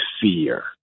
fear